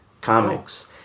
comics